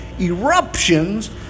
eruptions